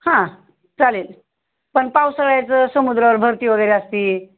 हां चालेल पण पावसाळ्याचं समुद्रावर भरती वगैरे असते